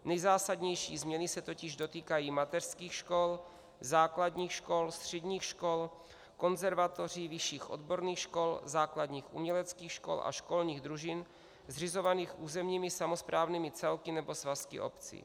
Nejzásadnější změny se totiž dotýkají mateřských škol, základních škol, středních škol, konzervatoří, vyšších odborných škol, základních uměleckých škol a školních družin zřizovaných územními samosprávnými celky nebo svazky obcí.